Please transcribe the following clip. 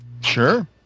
Sure